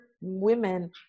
women